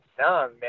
man